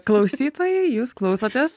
klausytojai jūs klausotės